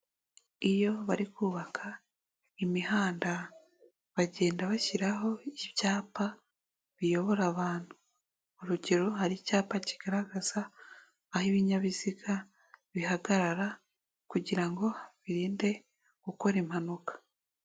Iyo bari kubaka imihanda bagenda bashyiraho ibyapa biyobora abantu, urugero hari icyapa kigaragaza aho ibinyabiziga bihagarara kugira birinde gukora impanuka.